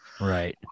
Right